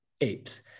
apes